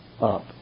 up